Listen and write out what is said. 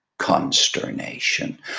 consternation